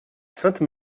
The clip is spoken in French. sainte